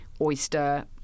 oyster